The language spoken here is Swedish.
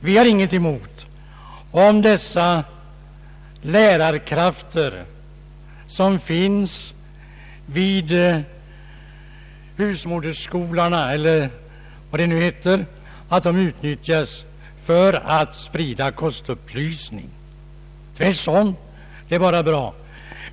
Vi har ingenting emot att dessa lärarkrafter, som finns vid husmodersskolorna, utnyttjas för att sprida kostupplysning. Tvärtom, det är bara bra.